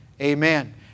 Amen